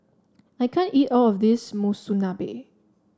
I can't eat all of this Monsunabe